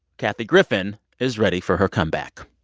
kathy griffin is ready for her comeback.